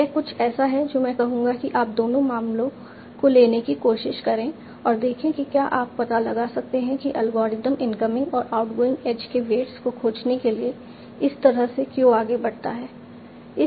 यह कुछ ऐसा है जो मैं कहूंगा कि आप दोनों मामलों को लेने की कोशिश करें और देखें कि क्या आप पता लगा सकते हैं कि एल्गोरिथ्म इनकमिंग और आउटगोइंग एज के वेट्स को खोजने के लिए इस तरह से क्यों आगे बढ़ता है